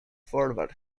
forward